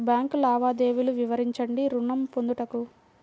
Bank లావాదేవీలు వివరించండి ఋణము పొందుటకు?